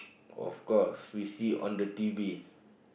of course we see on the t_v